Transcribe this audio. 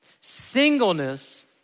Singleness